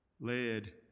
led